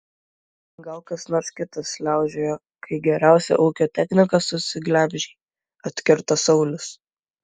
gal kas nors kitas šliaužiojo kai geriausią ūkio techniką susiglemžei atkirto saulius